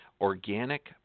Organic